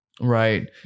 Right